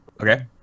Okay